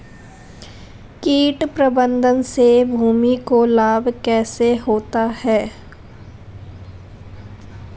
कीट प्रबंधन से भूमि को लाभ कैसे होता है?